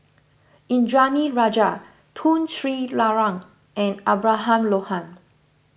Indranee Rajah Tun Sri Lanang and Abraham Lohaned